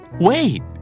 Wait